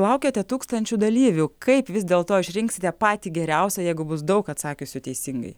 laukiate tūkstančių dalyvių kaip vis dėlto išrinksite patį geriausią jeigu bus daug atsakiusių teisingai